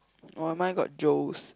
oh mine got Joe's